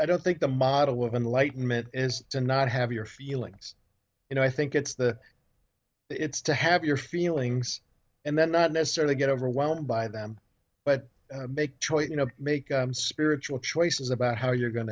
i don't think the model with enlightenment is to not have your feelings you know i think it's the it's to have your feelings and then not necessarily get overwhelmed by them but make a choice you know make spiritual choices about how you're going